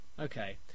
Okay